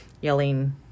yelling